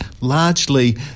largely